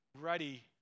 ready